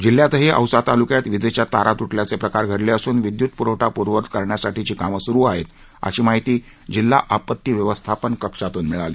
जिल्ह्यातही औसा तालुक्यात विजेच्या तारा तु ियाचे प्रकार घडले असून विद्युत पुरवठा पूर्ववत करण्यासाठी कामं सुरु आहेत अशी माहिती माहिती जिल्हा आपत्ती व्यवस्थापन कक्षातून मिळाली